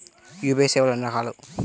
UPI సేవలు ఎన్నిరకాలు?